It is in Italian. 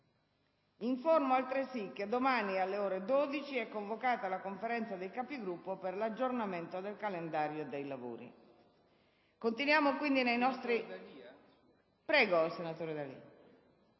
Informo altresì che domani, alle ore 12, è convocata la Conferenza dei Capigruppo per l'aggiornamento del calendario dei lavori.